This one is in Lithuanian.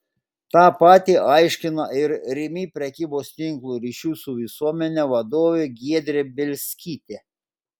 tą patį aiškina ir rimi prekybos tinklo ryšių su visuomene vadovė giedrė bielskytė